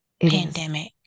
pandemic